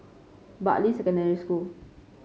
Bartley Secondary School